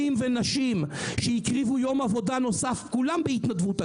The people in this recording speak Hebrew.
ונשים; שהקריבו יום עבודה נוסף בהתנדבות,